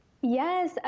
Yes